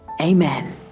Amen